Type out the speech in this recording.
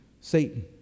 Satan